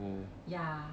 ya